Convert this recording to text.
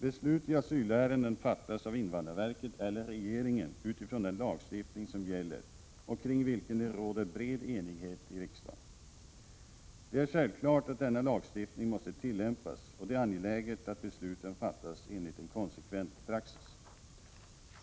Beslut i asylärenden fattas av invandrarverket eller regeringen utifrån den lagstiftning som gäller och kring vilken det råder bred enighet i riksdagen. Det är självklart att denna lagstiftning måste tillämpas, och det är angeläget att besluten fattas enligt en konsekvent praxis.